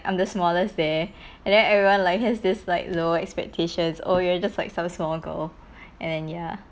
I'm the smallest there and then everyone like has this like low expectations oh you're just like some small girl and then ya